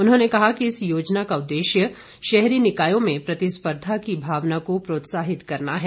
उन्होंने कहा कि इस योजना का उद्देश्य शहरी निकायों में प्रतिस्पर्धा की भावना को प्रोत्साहित करना है